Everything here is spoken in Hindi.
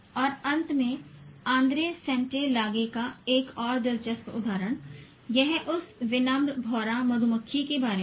और अंत में आंद्रे सैंटे लागे का एक और दिलचस्प उद्धरण यह इस विनम्र भौंरा मधुमक्खी के बारे में है